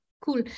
Cool